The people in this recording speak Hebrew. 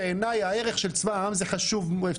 בעיניי הערך של צבא העם חשוב בעיניי,